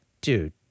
Dude